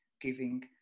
giving